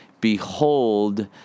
Behold